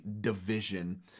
division